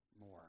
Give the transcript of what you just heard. more